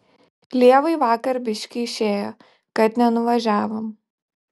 lievai vakar biškį išėjo kad nenuvažiavom